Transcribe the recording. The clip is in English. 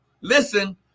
listen